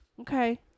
Okay